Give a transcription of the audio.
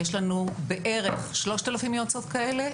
יש לנו בערך 3,000 יועצות כאלה,